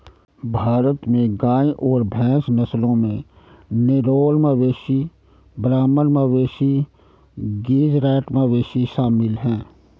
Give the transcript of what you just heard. भारत में गाय और भैंस नस्लों में नेलोर मवेशी ब्राह्मण मवेशी गेज़रैट मवेशी शामिल है